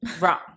wrong